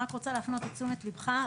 רק רוצה להפנות לתשומת ליבך,